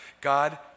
God